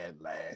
last